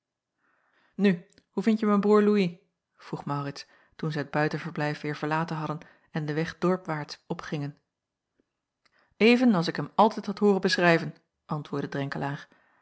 hoe vindje mijn broêr louis vroeg maurits toen zij het buitenverblijf weêr verlaten hadden en den weg dorpwaarts opgingen even als ik hem altijd had hooren beschrijven antwoordde